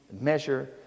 measure